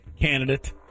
candidate